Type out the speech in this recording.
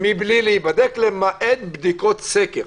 מבלי להיבדק למעט בדיקות סקר.